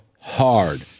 hard